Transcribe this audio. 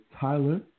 Tyler